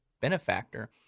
benefactor